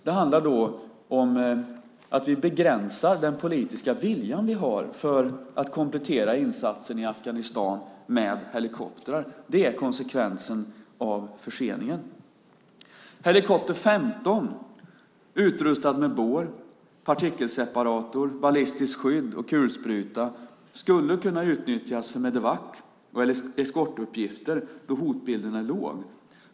Det handlar då om att vi begränsar den politiska viljan vi har att komplettera insatsen i Afghanistan med helikoptrar. Det är konsekvensen av förseningen. Helikopter 15, utrustad med bår, partikelseparator, ballistiskt skydd och kulspruta, skulle kunna utnyttjas för Medevac och eskortuppgifter då hotbilden är svag.